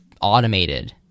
automated